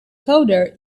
coder